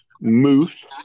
moose